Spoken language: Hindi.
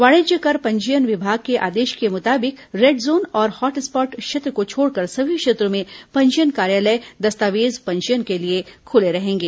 वाणिज्यिक कर पंजीयन विभाग के आदेश के मुताबिक रेड जोन और हॉट स्पॉट क्षेत्र को छोड़कर सभी क्षेत्रों में पंजीयन कार्यालय दस्तावेज पंजीयन के लिए खुले रहेंगे